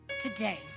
today